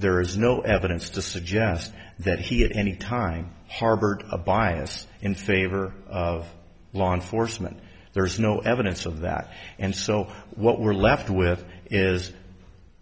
there is no evidence to suggest that he at any time harbored a bias in favor of law enforcement there is no evidence of that and so what we're left with is